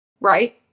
right